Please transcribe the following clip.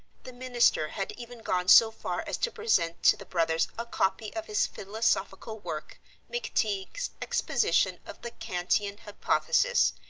the minister had even gone so far as to present to the brothers a copy of his philosophical work mcteague's exposition of the kantian hypothesis.